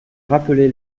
rappelé